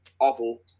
awful